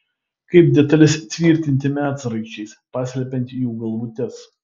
kaip detales tvirtinti medsraigčiais paslepiant jų galvutes